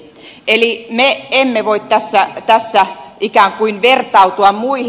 eli me emme voi tässä ikään kuin vertautua muihin